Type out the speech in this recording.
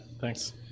Thanks